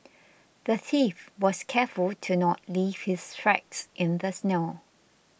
the thief was careful to not leave his tracks in the snow